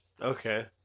Okay